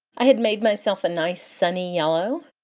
i had made myself a nice sunny yellow,